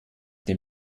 dem